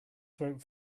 throat